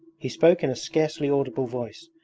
he spoke in a scarcely audible voice,